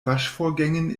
waschvorgängen